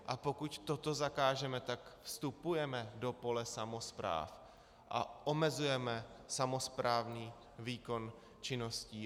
A pokud toto zakážeme, tak vstupujeme do pole samospráv a omezujeme samosprávní výkon činností.